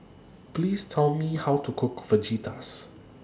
Please Tell Me How to Cook Fajitas